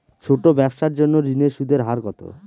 ছোট ব্যবসার জন্য ঋণের সুদের হার কত?